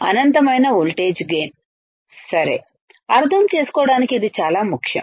అనంతమైన voltage gain సరే అర్థం చేసుకోవడానికి ఇది చాలా ముఖ్యం